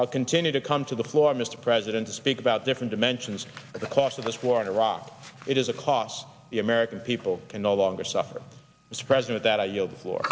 i'll continue to come to the floor mr president to speak about different dimensions the cost of this war in iraq it is a cost the american people can no longer suffer as a president that